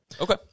Okay